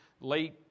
late